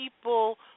people